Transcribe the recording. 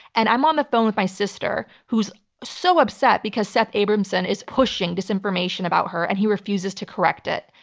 and i'm on the phone with my sister who's so upset because seth abramson is pushing disinformation about her and he refuses to correct it,